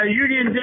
Union